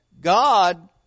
God